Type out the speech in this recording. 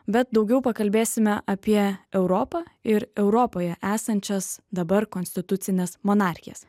bet daugiau pakalbėsime apie europą ir europoje esančias dabar konstitucines monarchijas